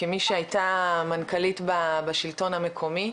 כמי שהייתה מנכ"לית בשלטון המקומי,